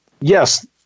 yes